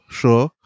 sure